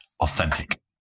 authentic